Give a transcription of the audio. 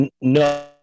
no